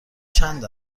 چند